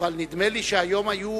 אבל נדמה לי שהיום היו